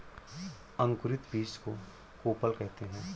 अंकुरित बीज को कोपल कहते हैं